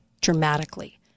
dramatically